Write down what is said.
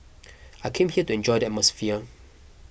I came here to enjoy the atmosphere